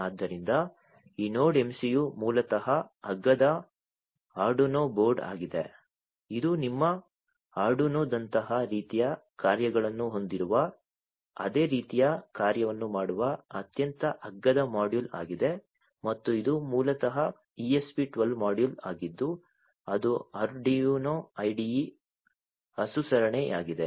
ಆದ್ದರಿಂದ ಈ node MCU ಮೂಲತಃ ಅಗ್ಗದ ಆರ್ಡುನೊ ಬೋರ್ಡ್ ಆಗಿದೆ ಇದು ನಿಮ್ಮ ಆರ್ಡುನೊದಂತಹ ರೀತಿಯ ಕಾರ್ಯಗಳನ್ನು ಹೊಂದಿರುವ ಅದೇ ರೀತಿಯ ಕಾರ್ಯವನ್ನು ಮಾಡುವ ಅತ್ಯಂತ ಅಗ್ಗದ ಮಾಡ್ಯೂಲ್ ಆಗಿದೆ ಮತ್ತು ಇದು ಮೂಲತಃ ESP 12 ಮಾಡ್ಯೂಲ್ ಆಗಿದ್ದು ಅದು Arduino IDE ಅನುಸರಣೆಯಾಗಿದೆ